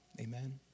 Amen